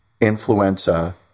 influenza